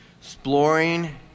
Exploring